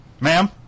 Ma'am